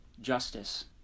justice